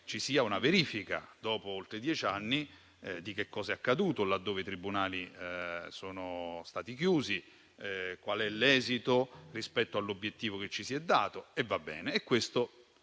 ci sia una verifica, dopo oltre dieci anni, di che cosa è accaduto laddove i tribunali sono stati chiusi e dell'esito rispetto all'obiettivo che ci si era dati. Si fa il punto